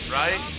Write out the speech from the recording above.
right